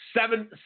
seven